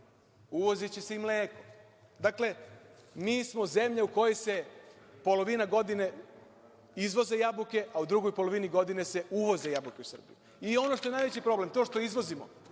uvoziće se i mleko. Dakle, mi smo zemlja u kojoj se polovina godine izvoze jabuke, a u drugoj polovini godine se uvoze jabuke u Srbiji. Ono što je najveći problem, to što izvozimo,